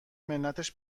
منتش